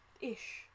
Ish